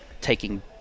taking